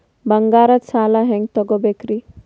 ಬಂಗಾರದ್ ಸಾಲ ಹೆಂಗ್ ತಗೊಬೇಕ್ರಿ?